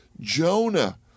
Jonah